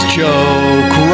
joke